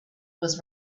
was